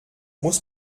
muss